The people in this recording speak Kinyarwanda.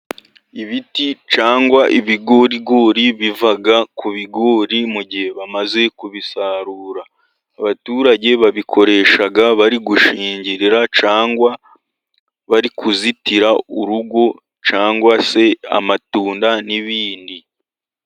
Ibiti cyangwa ibigorigori biva ku bigori, mu gihe bamaze kubisarura. Abaturage babikoresha bari gushingirira cyangwa bari kuzitira urugo cyangwa se amatunda. n'ibindi.